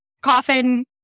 coffin